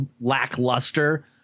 lackluster